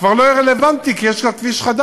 כבר לא יהיה רלוונטי, כי כבר יש כביש חדש,